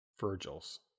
Virgil's